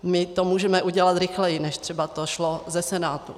My to můžeme udělat rychleji, než třeba to šlo ze Senátu.